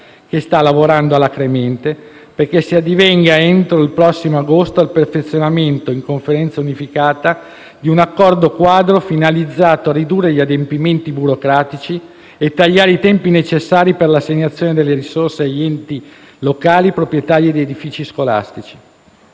che sta lavorando alacremente perché si addivenga, entro il prossimo agosto, al perfezionamento, in Conferenza unificata, di un accordo quadro finalizzato a ridurre gli adempimenti burocratici e tagliare i tempi necessari per l'assegnazione delle risorse agli enti locali proprietari di edifici scolastici.